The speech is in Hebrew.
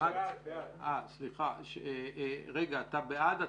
הצבעה בעד,